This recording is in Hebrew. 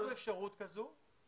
יש לנו אפשרות כזאת.